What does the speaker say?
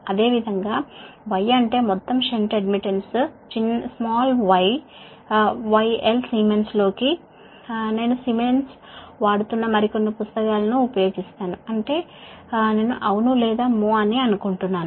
అదేవిధంగా Y అంటే మొత్తం షంట్ అడ్మిటెన్స్ y ఎల్ సిమెన్స్ లోకి నేను సీమెన్స్ వాడుతున్న మరికొన్ని పుస్తకాలను ఉపయోగిస్తాను అంటే నేను అవును లేదా మో అని అనుకుంటున్నాను